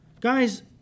Guys